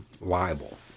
liable